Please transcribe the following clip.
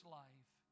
life